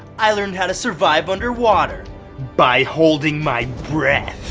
i learned how to survive underwater by holding my breath!